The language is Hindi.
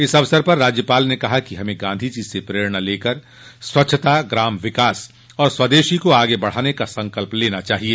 इस अवसर पर राज्यपाल ने कहा कि हमें गांधी जी से प्रेरणा लेकर स्वच्छता ग्राम विकास और स्वदेशी को आगे बढ़ाने का संकल्प लेना चाहिए